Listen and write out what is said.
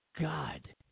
God